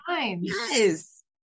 Yes